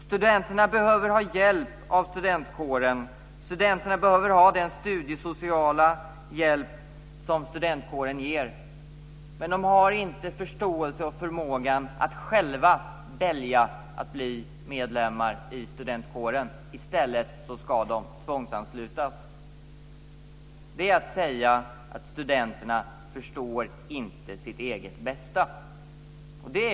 Studenterna behöver ha hjälp av studentkåren. Studenterna behöver ha den studiesociala hjälp som studentkåren ger. Men de har inte förstånd och förmåga att själva välja att bli medlemmar i studentkåren. I stället ska de tvångsanslutas. Det är att säga att studenterna inte förstår sitt eget bästa.